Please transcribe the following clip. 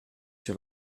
sur